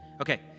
Okay